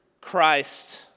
Christ